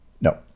No